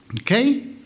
Okay